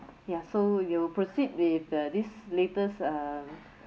ya so you proceed with the this latest uh